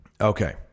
Okay